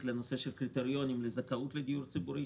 לנושא קריטריונים לזכאות לדיור ציבורי,